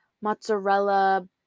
mozzarella